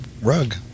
rug